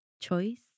choice